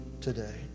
today